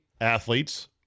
athletes